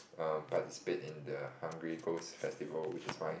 um participate in the Hungry Ghost Festival which is why